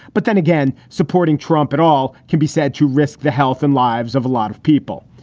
but then again, supporting trump at all can be said to risk the health and lives of a lot of people.